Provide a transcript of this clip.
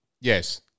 Yes